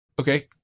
Okay